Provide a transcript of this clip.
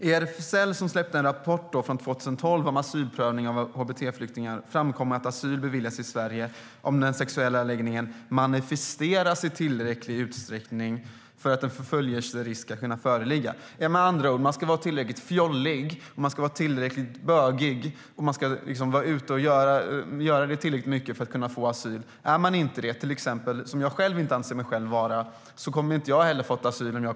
I den rapport om asylprövning av hbt-flyktingar RFSL släppte 2012 framkom att asyl beviljas i Sverige om den sexuella läggningen manifesteras i tillräcklig utsträckning för att en förföljelserisk ska föreligga. Med andra ord ska man vara tillräckligt fjollig och bögig, och man ska vara tillräckligt mycket ute för att kunna få asyl. Är man inte det - till exempel anser jag mig själv inte vara det - får man inte asyl i Sverige. Jag hade inte fått det.